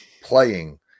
playing